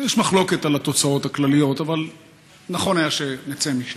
יש מחלוקת על התוצאות הכלליות אבל נכון היה שנצא משם.